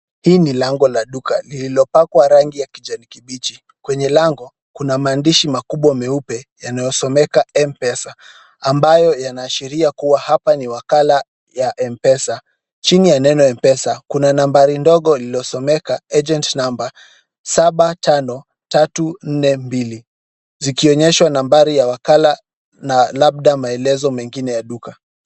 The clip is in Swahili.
Hii ni lango la duka lililo pakwa rangi ya kijani kibichi. Kwenye lango, kuna maandishi makubwa meupe yanayosomeka m_pesa ambayo yanaashiria kuwa hapa ni wakala ya m_pesa. Chini ya neno m_pesa kuna nambari ndogo lililosomeka agent number saba tano, tatu nne mbili, zikionyesha nambari ya wakala na labda maelezo mengine ya duka.